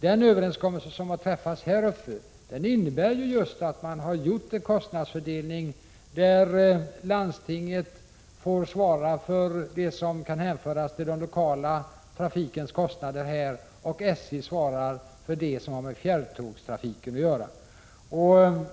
Den överenskommelse som träffats innebär just att man gjort en kostnadsfördelning där landstinget får svara för den lokala trafikens kostnader och SJ för fjärrtågstrafiken.